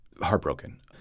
heartbroken